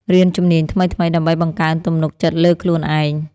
រៀនជំនាញថ្មីៗ ដើម្បីបង្កើនទំនុកចិត្តលើខ្លួនឯង។